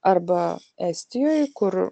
arba estijoj kur